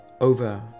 over